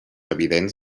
evidents